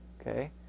okay